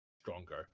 stronger